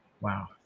Wow